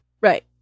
Right